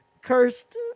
cursed